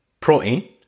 protein